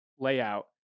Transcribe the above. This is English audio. layout